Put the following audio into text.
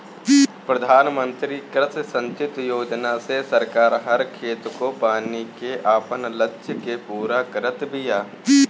प्रधानमंत्री कृषि संचित योजना से सरकार हर खेत को पानी के आपन लक्ष्य के पूरा करत बिया